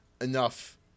enough